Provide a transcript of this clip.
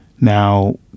now